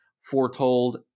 foretold